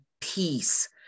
peace